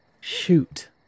Shoot